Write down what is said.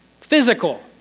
physical